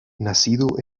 nacido